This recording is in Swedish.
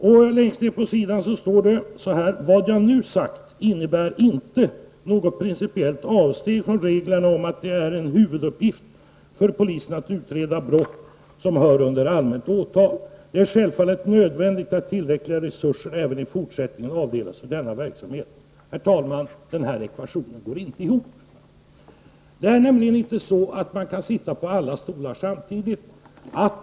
Längst ned på sidan står det så här: ''Vad jag nu sagt innebär inte något principiellt avsteg från reglerna om att det är en av huvuduppgifterna för polisen att utreda brott som hör under allmänt åtal. Det är självfallet nödvändigt att tillräckliga resurser även i fortsättningen avdelas för denna verksamhet.'' Herr talman! Den här ekvationen går inte ihop. Man kan nämligen inte sitta på alla stolar samtidigt.